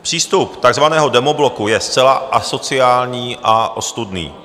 Přístup takzvaného demobloku je zcela asociální a ostudný.